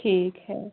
ठीक है